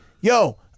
yo